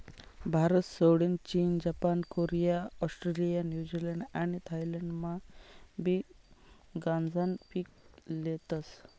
भारतसोडीन चीन, Japan, Korea, Australia, New Zealand आणि थायलंडमाबी गांजानं पीक लेतस